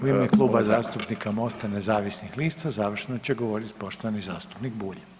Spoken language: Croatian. U ime Kluba zastupnika MOST-a nezavisnih lista završno će govorit poštovani zastupnik Bulj.